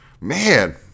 man